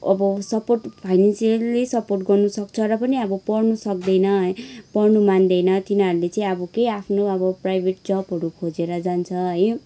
अब support financially support गर्नु सक्छ र पनि अब पढ्नु सक्दैन पढ्नु मान्दैन तिनीहरूले चाहिँ अब केही आफ्नो अब प्राइभेट जबहरू खोजेर जान्छ है